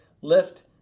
lift